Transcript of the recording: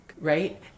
right